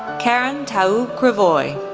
karen taub krivoy,